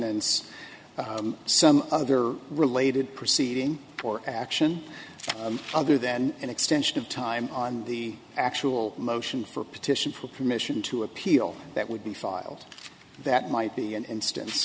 e some other related proceeding for action other than an extension of time on the actual motion for a petition for permission to appeal that would be filed that might be an instance